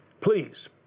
Please